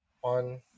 one